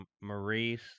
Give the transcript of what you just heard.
Maurice